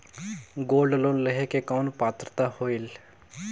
Gold loan लेहे के कौन पात्रता होएल?